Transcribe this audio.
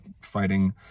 fighting